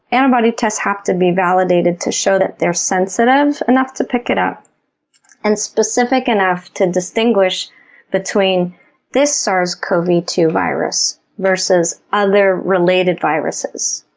antibody tests have to be validated to show that they're sensitive and enough to pick it up and specific enough to distinguish between this sars cov two virus versus other related viruses.